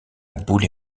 boulay